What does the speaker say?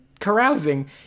carousing